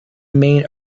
main